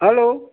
hello